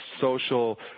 social